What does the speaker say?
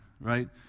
right